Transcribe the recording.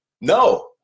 No